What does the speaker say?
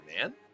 man